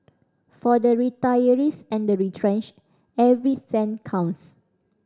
for the retirees and the retrenched every cent counts